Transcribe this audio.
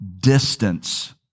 distance